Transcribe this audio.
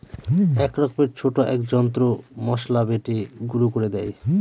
এক রকমের ছোট এক যন্ত্র মসলা বেটে গুঁড়ো করে দেয়